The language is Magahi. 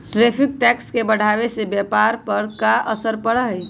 टैरिफ टैक्स के बढ़ावे से व्यापार पर का असर पड़ा हई